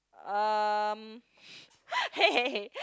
um hey